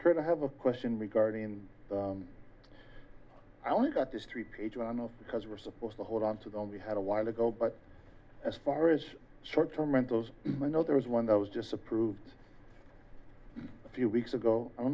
try to have a question regarding i only got this three page on most because we're supposed to hold onto them we had a while ago but as far as short term rentals i know there was one that was just approved a few weeks ago